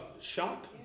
shop